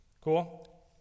Cool